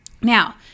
Now